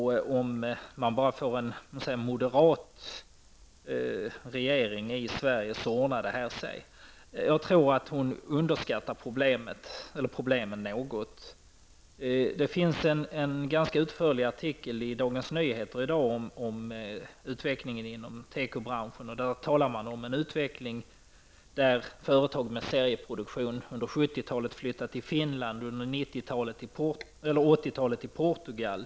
Om man bara får en moderat regering i Sverige så ordnar det sig. Jag tror att hon underskattar problemen något. Det finns en ganska utförlig artikel i dagens nummer av Dagens Nyheter om utvecklingen inom tekobranschen. Där talar man om en utveckling, där företag med serieproduktion under 1970-talet flyttade till Finland och under 1980-talet till Portugal.